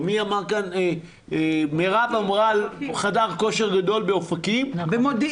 או מרב דיברה על חדר כושר גדול באופקים --- במודיעין.